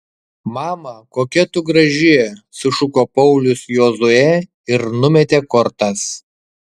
mama kokia tu graži sušuko paulius jozuė ir numetė kortas